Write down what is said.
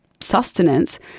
sustenance